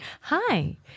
Hi